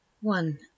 One